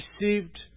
received